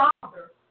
father